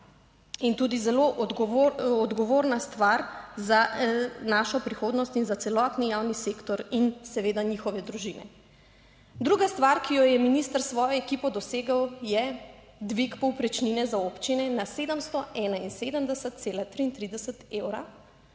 in tudi zelo odgovorna stvar za našo prihodnost in za celotni javni sektor in seveda njihove družine. Druga stvar, ki jo je minister s svojo ekipo dosegel, je dvig povprečnine za občine na 771,33 evra,